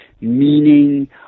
meaning